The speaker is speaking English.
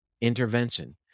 intervention